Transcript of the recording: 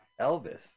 Elvis